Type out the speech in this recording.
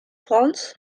frans